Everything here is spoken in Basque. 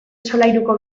solairuko